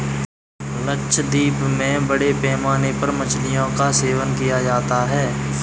लक्षद्वीप में बड़े पैमाने पर मछलियों का सेवन किया जाता है